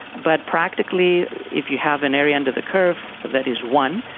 but practically if you have an area under the curve that is one,